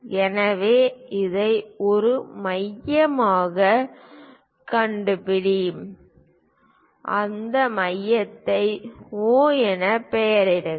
எனவே இதை ஒரு மையமாகக் கண்டுபிடி அந்த மையத்தை O என பெயரிடுங்கள்